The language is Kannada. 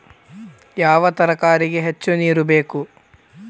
ಯಾವ ತರಕಾರಿಗೆ ಹೆಚ್ಚು ನೇರು ಬೇಕು?